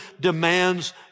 demands